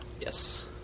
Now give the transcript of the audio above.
Yes